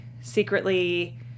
secretly